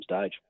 stage